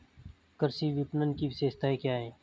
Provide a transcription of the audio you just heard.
कृषि विपणन की विशेषताएं क्या हैं?